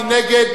מי נגד?